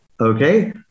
Okay